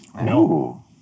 No